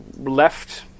Left